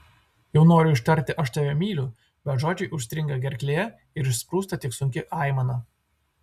jau noriu ištarti aš tave myliu bet žodžiai užstringa gerklėje ir išsprūsta tik sunki aimana